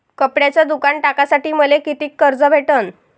कपड्याचं दुकान टाकासाठी मले कितीक कर्ज भेटन?